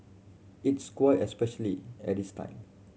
it's quiet especially at this time